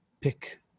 pick